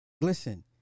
Listen